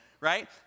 right